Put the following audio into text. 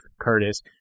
Curtis